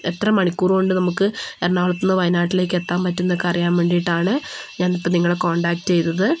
എത്ര മണിക്കൂർ കൊണ്ട് നമുക്ക് എറണാകുളത്തുന്ന് വയനാട്ടിലേക്ക് എത്താൻ പറ്റുമെന്നൊക്കെ അറിയാൻ വേണ്ടീട്ടാണ് ഞാനിപ്പോൾ നിങ്ങളെ കോൺടാക്റ്റ് ചെയ്തത്